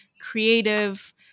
creative